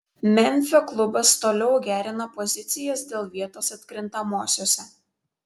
memfio klubas toliau gerina pozicijas dėl vietos atkrintamosiose